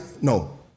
No